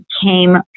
came